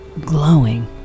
glowing